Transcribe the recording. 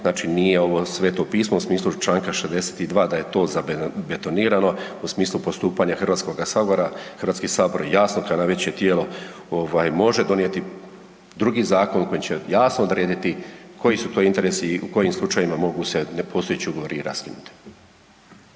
znači nije ovo sveto pismo u Članka 62. da je to zabetonirano u smislu postupanja Hrvatskoga sabora. Hrvatski sabor jasno kao najveće tijelo može donijeti drugi zakon koji će jasno odrediti koji su to interesi i u kojim slučajevima mogu se nepostojeći ugovori i raskinuti.